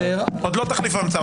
עוד לא תחליף המצאה.